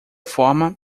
forma